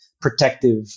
protective